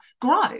grow